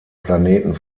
planeten